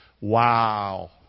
Wow